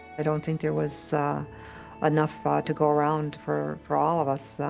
i don't think there was ah ah enough ah to go around for for all of us,